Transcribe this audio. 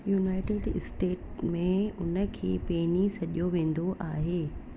United State में उनखे पैनी सॾियो वेंदो आहे